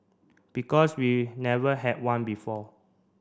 because we never had one before